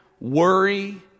worry